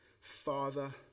Father